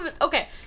Okay